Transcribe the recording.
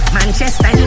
Manchester